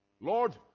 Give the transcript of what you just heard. Lord